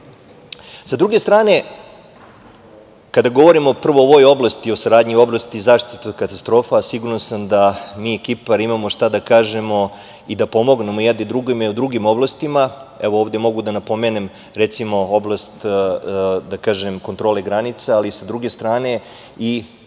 druge strane, kada govorimo prvo o ovoj oblasti o saradnji u oblasti zaštite od katastrofa siguran sam da mi i Kipar imamo šta da kažemo i da pomognemo jedni drugima i u drugim oblastima. Evo, ovde mogu da napomenem, recimo, oblast kontrole granice. Sa druge strane,